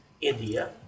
India